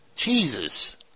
Jesus